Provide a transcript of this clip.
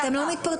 אתם לא מתפרצים.